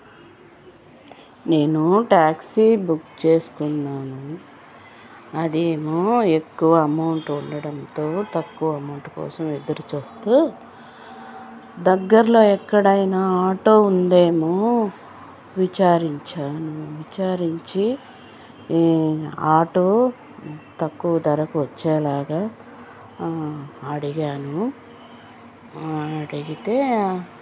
నేను taxi book చేసుకున్నాను అదేమో ఎక్కువ అమౌంట్ ఉండడంతో తక్కువ అమౌంట్ కోసం ఎదురు చూస్తూ దగ్గర్లో ఎక్కడైనా ఆటో ఉందేమో విచారించాను విచారించి ఆటో తక్కువ ధరకు వచ్చేలాగా అడిగాను అడిగితే